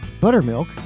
buttermilk